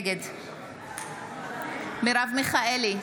נגד מרב מיכאלי,